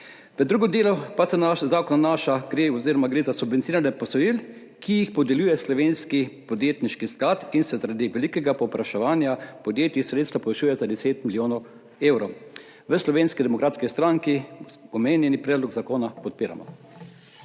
drugem delu pa se zakon nanaša na subvencioniranje posojil, ki jih podeljuje Slovenski podjetniški sklad in se zaradi velikega povpraševanja podjetij sredstva povečujejo za 10 milijonov evrov. V Slovenski demokratski stranki omenjeni predlog zakona podpiramo.